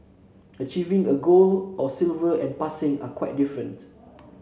achieving a gold or silver and passing are quite different